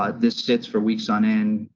ah this sits for weeks on end,